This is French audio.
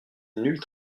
nulle